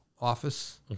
office